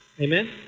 Amen